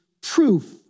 proof